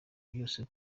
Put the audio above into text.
byose